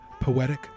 poetic